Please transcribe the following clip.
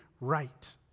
right